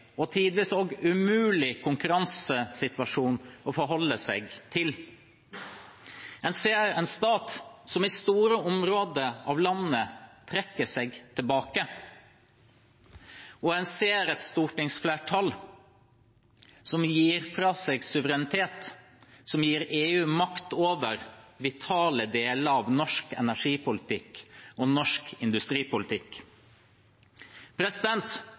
og tidvis også umulig konkurransesituasjon å forholde seg til. En ser en stat som i store områder av landet trekker seg tilbake, og en ser et stortingsflertall som gir fra seg suverenitet, som gir EU makt over vitale deler av norsk energipolitikk og norsk